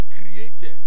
created